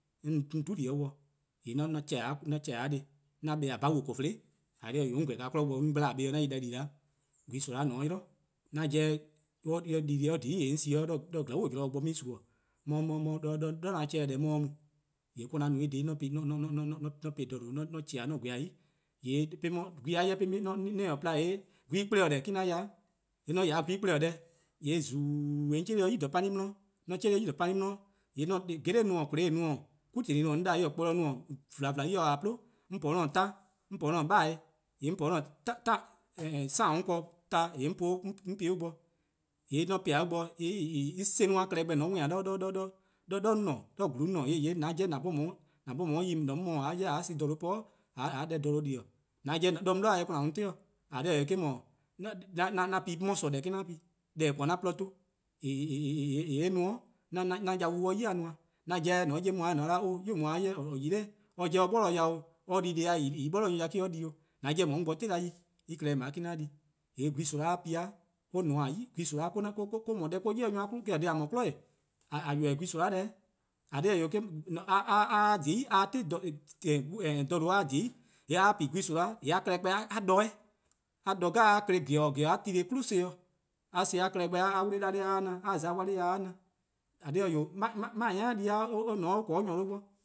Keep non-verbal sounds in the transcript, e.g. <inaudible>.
<hesitation> 'on dhe-dih-dih :yee' <hesitation> 'on <hesitation> :za dih yli, :yee' an bla bawo :kofih :eh :korn dhih eh 'wee', :yee' on :gweh kmo bo-dih 'on gba 'de buh+-dih 'an yi deh di 'da, gwehn soma' :ne 'o 'yli, 'an 'jeh <hesitation> :mor dii-deh+ :dhiei' :yee' 'on si 'o 'weh :glaa'e zorn bo 'on 'ye-ih suma-dih, <hesitation> 'de :dha 'an chean'-dih-a deh 'on 'ye 'de mu, :yee' ka 'an no <hesitation> 'an po-ih :dha :due', <hesitation> :mu 'on za-ih 'yli 'on :gweh 'i, <hesitation> gwehn-a 'jeh :mor 'on 'ye-a pla :yee' gwehn-a kple-dih eh-: 'an ya 'de, :yee' :mor 'on :ya 'de gwehn-kple-dih-deh, :yee' :zuu 'on po-ih 'de pani-klaba' 'di, :mor 'on 'cheh-dih-ih 'de pani-klaba' 'di, :yee' :mor 'on po-ih :kwloo' 'i-:, gele' 'i-:, :teli 'i 'on :daa en mor-: 'dekorn: kporlor-:, :vlaan :vlaan :mor en :taa 'plun, 'on po 'de 'an 'torn, 'on po 'de 'an 'beheh:, 'on po 'de <hesitation> samu'-ken 'torn :yee' <hesitation> 'on po-eh 'de en bo, :yee' :mor 'on po-eh 'de en bo, :yee' en 'no-a klehkpeh :mor worn-ih 'no <hesitation> 'de :dha 'on :ne-a, 'de gluun 'on :ne-a <hesitation> :an 'bhorn :on 'ye 'de yi :mor-: 'on mor-: :a 'ye son+ :dha :due' po <hesitation> :a 'ye deh :dha :due' di-dih, :an 'jeh <hesitation> 'de 'on 'bli :an mu 'ti-', :eh :korn dhih eh 'wee', eh-: 'dhu <hesitation> 'an pi 'mo- :sorn deh eh-: 'an pi, deh :en :korn-a :porluh 'ton <hesitation> :eh 'ye-eh no 'an yau 'ye-a 'yi-dih :nmor, 'an 'jeh :mor :on 'ye 'on-a 'jeh 'on 'ye-a 'o 'o 'yu :daa :or yi-a 'noror', or 'borlor dih 'o, or di deh+-a yih :en 'borlor-a nyor- dih me-: or di 'o, 'de :on 'ye 'on bo 'ti 'da yi, en klehkpeh :dao' me-: 'an di, :yee' gwehn soma'-a pi-a :nmor-' 'yi, gwehn soma <hesitation> or-: no deh :eh 'yi-dih nyor-a kwli, eh-: :korn dhih :a :mor 'kwi'nehbo <hesitation> :a :ybeh gwehn soma' deh-', :eh :korn dhih :eh 'wee', <hesitation> :mor 'a <hesitation> 'ti dha :due' a :dhie: 'i, :mor a pi gwehn soma' <hesitation> a dbo 'o, a dbo deh 'jeh a kle :georor: :georor: a tli 'kwli son ken-dih, a son+-a klehkpeh a wla-ih 'da-dih a na, :a za 'wla+-dih a na, :eh :korn dhih-eh 'wee', 'beheh: 'ni-a di-a :korn 'de nyor :due' bo.